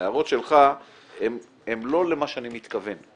ההערות שלך הן לא למה שאני מתכוון.